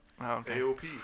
aop